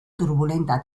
turbulenta